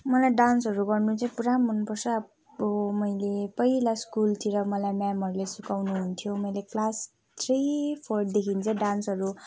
मलाई डान्सहरू गर्नु चाहिँ पुरा मनपर्छ अब मैले पहिला स्कुलतिर मलाई म्यामहरूले सिकाउनु हुन्थ्यो मैले क्लास थ्री फोरदेखि चाहिँ डान्सहरू